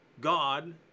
God